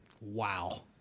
Wow